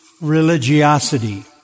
religiosity